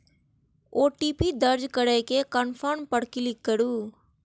OTP दर्ज करै के कंफर्म पर क्लिक करू